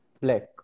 black